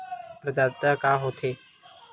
प्रदाता का हो थे?